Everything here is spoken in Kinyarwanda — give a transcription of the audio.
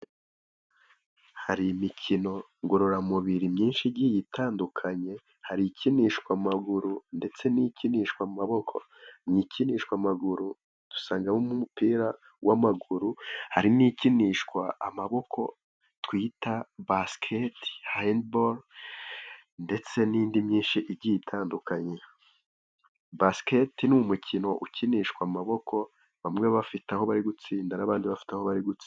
Hari imikino ngororamubiri myinshi igiye itandukanye, hari ikinishwa amaguru, ndetse n'ikinishwa amaboko. Ikinishwa amaguru dusangamo umupira w'amaguru. Hari n'ikinishwa amaboko twita: basiketi, hand ball ndetse n'indi myinshi igiye itandukanye. Basketi ni umukino ukinishwa amaboko bamwe bafite aho bari gutsinda n'abandi bafite aho bari gukira.